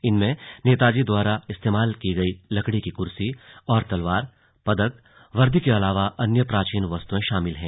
इनमें नेताजी द्वारा इस्तेमाल की गई लकड़ी की कुर्सी और तलवार पदक वर्दी के अलावा अन्य प्राचीन वस्तुएं शामिल हैं